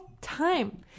time